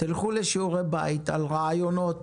תעשו שיעורי בית על רעיונות